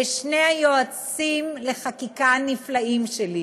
לשני היועצים לחקיקה הנפלאים שלי: